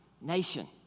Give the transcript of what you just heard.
nation